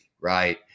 Right